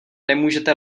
nemůžete